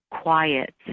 quiet